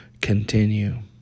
continue